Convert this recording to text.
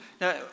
Now